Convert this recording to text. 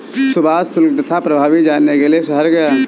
सुभाष शुल्क तथा प्रभावी जानने के लिए शहर गया